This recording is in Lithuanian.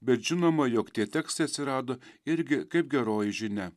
bet žinoma jog tie tekstai atsirado irgi kaip geroji žinia